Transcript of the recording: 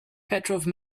petrov